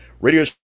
Radio